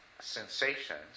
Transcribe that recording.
sensations